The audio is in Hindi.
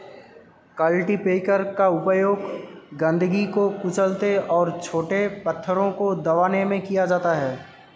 कल्टीपैकर का उपयोग गंदगी को कुचलने और छोटे पत्थरों को दबाने में किया जाता है